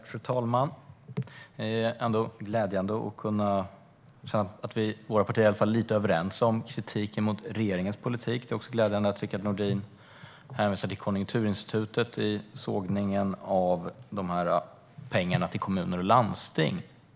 Fru talman! Det är glädjande att våra partier i alla fall är lite överens om kritiken mot regeringens politik. Det är också glädjande att Rickard Nordin hänvisar till Konjunkturinstitutets sågning av pengarna till kommuner och landsting.